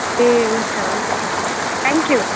ए हुन्छ हुन्छ thank you